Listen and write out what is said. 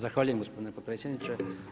Zahvaljujem gospodine potpredsjedniče.